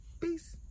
peace